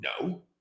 No